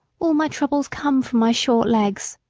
all my troubles come from my short legs,